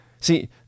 See